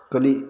ಕಲಿ